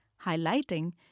highlighting